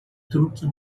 truque